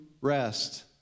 rest